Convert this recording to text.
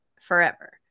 forever